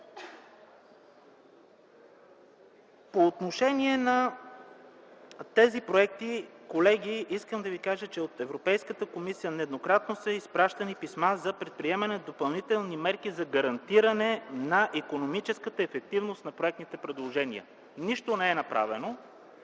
По отношение на тези проекти, колеги, искам да ви кажа, че от Европейската комисия нееднократно са изпращани писма за предприемане на допълнителни мерки за гарантиране на икономическата ефективност на проектните предложения. Нищо не е направено.